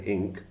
Inc